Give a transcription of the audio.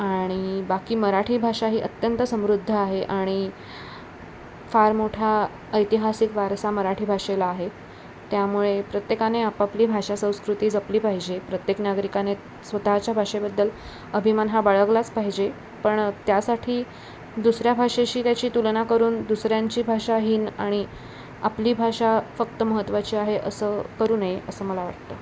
आणि बाकी मराठी भाषा ही अत्यंत समृद्ध आहे आणि फार मोठा ऐतिहासिक वारसा मराठी भाषेला आहे त्यामुळे प्रत्येकाने आपापली भाषा संस्कृती जपली पाहिजे प्रत्येक नागरिकाने स्वतःच्या भाषेबद्दल अभिमान हा बाळगलाच पाहिजे पण त्यासाठी दुसऱ्या भाषेशी त्याची तुलना करून दुसऱ्यांची भाषा हीन आणि आपली भाषा फक्त महत्त्वाची आहे असं करू नये असं मला वाटतं